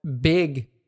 big